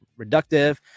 reductive